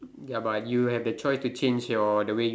ya but you have the choice to change your the way